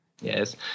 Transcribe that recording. Yes